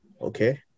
Okay